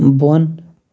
بۄن